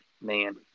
Man